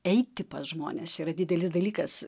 eiti pas žmones čia yra didelis dalykas